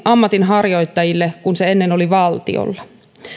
ammatinharjoittajille kun se ennen oli valtiolla